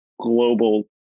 global